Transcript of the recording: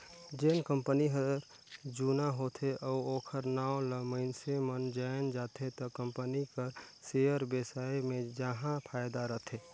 जेन कंपनी हर जुना होथे अउ ओखर नांव ल मइनसे मन जाएन जाथे त कंपनी कर सेयर बेसाए मे जाहा फायदा रथे